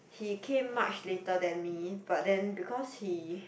he came much later than me but then because he